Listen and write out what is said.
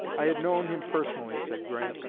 i had known him personally, said grant,